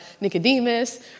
Nicodemus